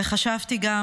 וחשבתי גם